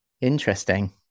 Interesting